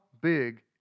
big